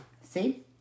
See